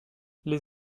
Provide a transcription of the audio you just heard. les